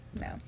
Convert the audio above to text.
no